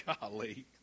golly